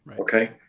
okay